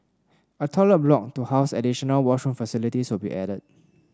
a toilet block to house additional washroom facilities will be added